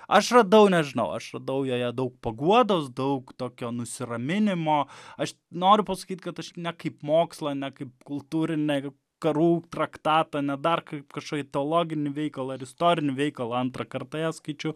aš radau nežinau aš radau joje daug paguodos daug tokio nusiraminimo aš noriu pasakyti kad aš ne kaip mokslą na kaip kultūrinę karų traktatą ne dar kaip kažkokį teologinį veikalą ar istorinį veikalą antrą kartą ją skaičiau